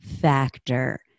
factor